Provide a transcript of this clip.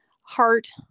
heart